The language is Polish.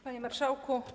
Panie Marszałku!